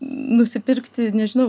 nusipirkti nežinau